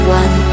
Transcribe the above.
one